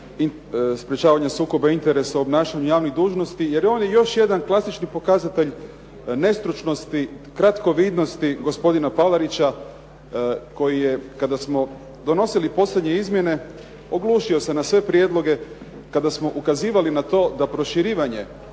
sprječavanja sukoba interesa u obnašanju javnih dužnosti jer on je još jedan klasični pokazatelj nestručnosti kratkovidnosti gospodina Palarića koji je kada smo donosili posljednje izmjene oglušio se na sve prijedloge kada smo ukazivali na to da proširivanje